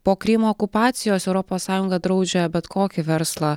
po krymo okupacijos europos sąjunga draudžia bet kokį verslą